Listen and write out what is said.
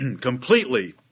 completely